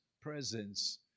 presence